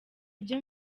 byo